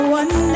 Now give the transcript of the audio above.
one